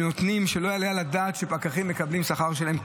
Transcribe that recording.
שלא יעלה על הדעת שפקחים מקבלים את השכר שלהם,